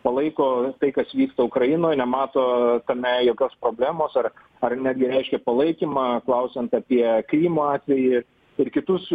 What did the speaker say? palaiko tai kas vyksta ukrainoje nemato tame jokios problemos ar ar netgi reiškia palaikymą klausiant apie krymo atvejį ir kitus